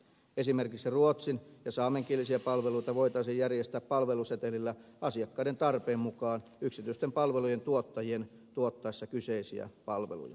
esimerkiksi ruotsin ja saamenkielisiä palveluita voitaisiin järjestää palvelusetelillä asiakkaiden tarpeiden mukaan yksityisten palvelujen tuottajien tuottaessa kyseisiä palveluita